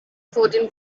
fourteen